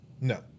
No